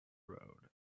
road